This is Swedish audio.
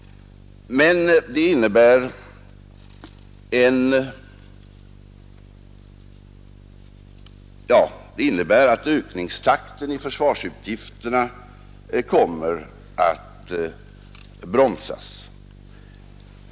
Men det innebär att ökningstakten i försvarsutgifterna kommer att bromsas.